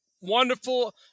Wonderful